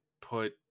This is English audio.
put